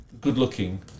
good-looking